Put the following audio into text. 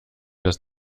das